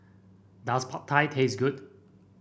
does Pad Thai taste good